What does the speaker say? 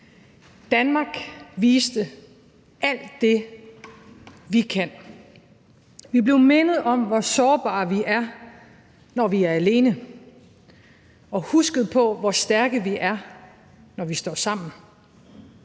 Danmark viste alt det, vi kan. Vi blev mindet om, hvorfor sårbare vi er, når vi er alene, og husket på, hvor stærke vi er, når vi står sammen.